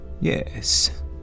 yes